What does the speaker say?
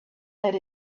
that